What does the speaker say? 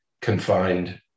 confined